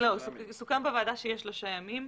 סוכם בוועדה שיהיו שלושה ימים.